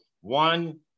one